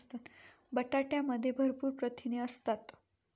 बटाट्यामध्ये भरपूर प्रथिने असतात